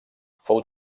fou